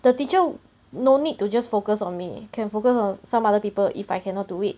the teacher no need to just focus on me can focus on some other people if I cannot do it